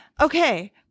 Okay